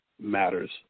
matters